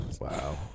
Wow